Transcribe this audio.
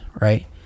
right